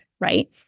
right